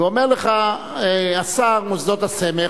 ואומר לך השר, מוסדות הסמך.